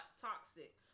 toxic